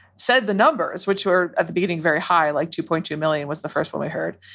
said the numbers, which were at the beginning very high, like two point two million was the first one i heard,